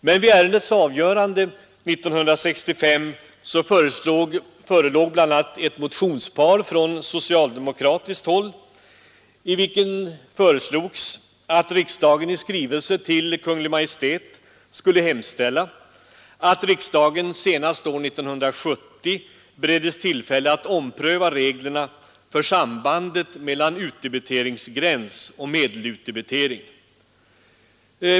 Men vid ärendets avgörande 1965 förelåg bl.a. ett motionspar från socialdemokratiskt håll, i vilket föreslogs att riksdagen i skrivelse till Kungl. Maj:t skulle hemställa, att riksdagen senast år 1970 bereddes tillfälle att ompröva bl.a. reglerna för sambandet mellan utdebiteringsgräns och medelutdebitering.